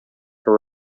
her